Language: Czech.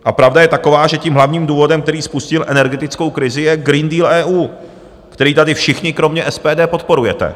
A pravda je taková, že tím hlavním důvodem, který spustil energetickou krizi, je Green Deal EU, který tady všichni kromě SPD podporujete.